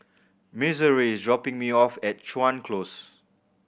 Missouri is dropping me off at Chuan Close